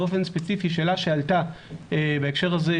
באופן ספציפי שאלה שעלתה בהקשר הזה,